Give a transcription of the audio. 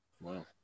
Wow